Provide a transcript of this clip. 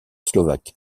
slovaque